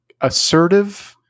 assertive